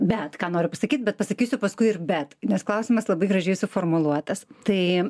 bet ką noriu pasakyt bet pasakysiu paskui ir bet nes klausimas labai gražiai suformuluotas tai